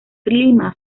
clima